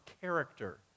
character